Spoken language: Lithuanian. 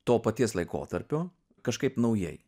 to paties laikotarpio kažkaip naujai